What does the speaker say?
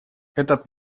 этот